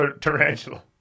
tarantula